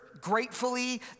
Gratefully